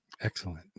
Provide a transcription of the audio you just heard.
Excellent